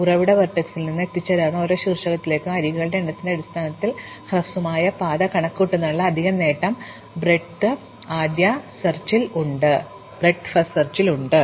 ഉറവിട വെർട്ടെക്സിൽ നിന്ന് അതിൽ നിന്ന് എത്തിച്ചേരാവുന്ന ഓരോ ശീർഷകത്തിലേക്കും അരികുകളുടെ എണ്ണത്തിന്റെ അടിസ്ഥാനത്തിൽ ഹ്രസ്വമായ പാത കണക്കുകൂട്ടുന്നതിനുള്ള അധിക നേട്ടം ബ്രെത്ത് ആദ്യ തിരയലിന് ഉണ്ട്